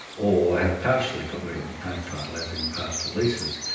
or have partially got rid of native title, as in pastoral leases.